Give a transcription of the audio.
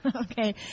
okay